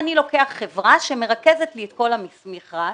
אני לוקח חברה שמרכזת לי את כל המכרז.